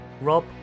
Rob